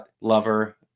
lover